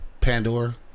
Pandora